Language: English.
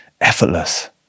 effortless